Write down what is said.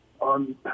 on